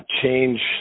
change